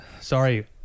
Sorry